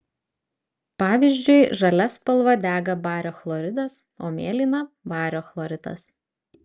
pavyzdžiui žalia spalva dega bario chloridas o mėlyna vario chloridas